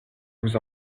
vous